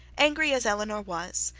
angry as eleanor was,